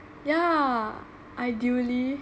ya ideally